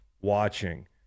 watching